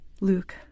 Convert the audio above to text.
Luke